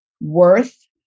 worth